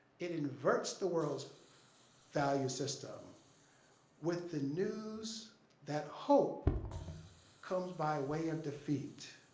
it inverts the world's value system with the news that hope comes by way of defeat,